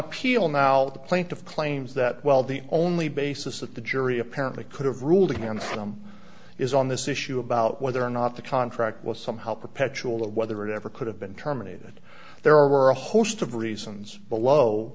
appeal now the plaintiff claims that well the only basis that the jury apparently could have ruled against them is on this issue about whether or not the contract was somehow perpetual or whether it ever could have been terminated there are a host of reasons below